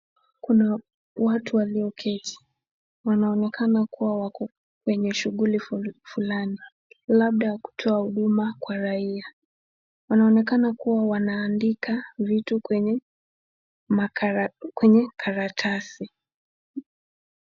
Kuna watu walioketi, wanaonekana kuwa wako kwenye shughuli fulani. Labda kutoa huduma kwa raia. Wanaonekana wanaandika vitu kwenye karatasi.